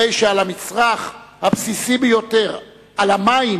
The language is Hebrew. הרי שעל המצרך הבסיסי ביותר, על המים,